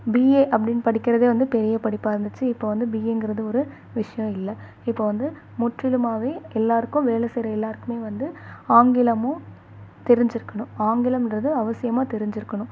BA அப்படின்னு படிக்கிறதே வந்து பெரிய படிப்பாக இருந்துச்சு இப்போ வந்து பிஏங்குறது ஒரு விஷயம் இல்லை இப்போ வந்து முற்றிலுமாகவே எல்லாருக்கும் வேலை செய்கிற எல்லாருக்குமே வந்து ஆங்கிலமும் தெரிஞ்சிருக்கணும் ஆங்கிலம்ன்றது அவசியமாக தெரிஞ்சிருக்கணும்